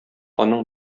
аның